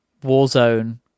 warzone